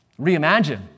Reimagine